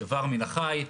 איבר מן החי.